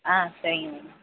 ஆ சரிங்க மேடம்